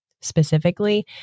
specifically